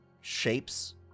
shapes